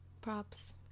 Props